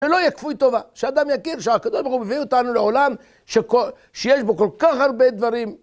שלא יהיה כפוי טובה, שאדם יכיר שהקדוש ברוך הוא מביא אותנו לעולם שיש בו כל כך הרבה דברים.